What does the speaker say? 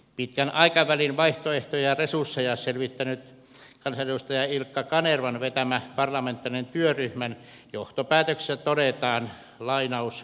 pitkän aikavälin vaihtoehtoja ja resursseja selvittäneen kansanedustaja ilkka kanervan vetämän parlamentaarisen työryhmän johtopäätöksissä todetaan